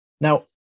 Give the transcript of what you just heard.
Now